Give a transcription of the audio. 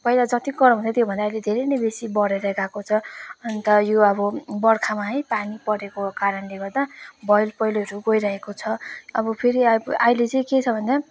भइरहेछ जति गरम छ त्यो भन्दा अहिले धेरै नै बेसी बढेर गएको छ अन्त यो अब बर्खामा है पानी परेको कारणले गर्दा भलपैह्रो चाहिँ गइरहेको छ अब फेरि अब अहिले चाहिँ के छ भन्दा